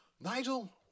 Nigel